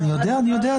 אני יודע.